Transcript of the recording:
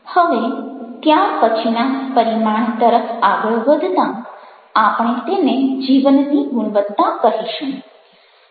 હવે ત્યાર પછીના પરિમાણ તરફ આગળ વધતાં આપણે તેને જીવનની ગુણવત્તા કહીશું